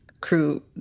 crew